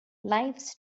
lifes